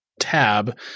tab